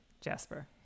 Jasper